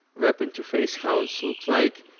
web interface, how it looks like.